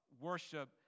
worship